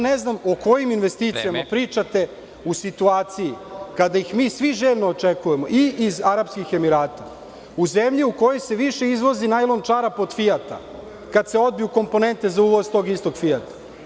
Ne znam o kojim investicijama pričate u situaciju kada ih mi svi željno očekujemo i iz Arapskih Emirata, u zemlju u kojoj se više izvozi najlon čarape od „Fijata“, kada se odbiju komponente za uvoz tog istog „Fijata“